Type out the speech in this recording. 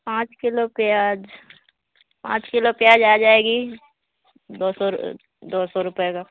پانچ کلو پیاز پانچ کلو پیاز آ جائے گی دو سو دو سو روپئے کا